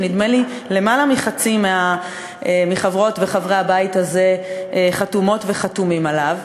שנדמה לי יותר מחצי מחברות וחברי הבית הזה חתומות וחתומים עליה.